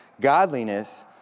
godliness